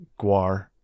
Guar